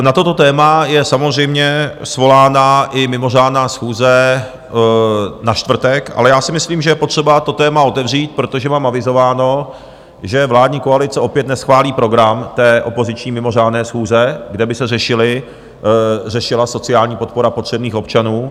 Na toto téma je samozřejmě svolána i mimořádná schůze na čtvrtek, ale já si myslím, že je potřeba to téma otevřít, protože mám avizováno, že vládní koalice opět neschválí program té opoziční mimořádné schůze, kde by se řešila sociální podpora potřebných občanů.